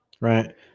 right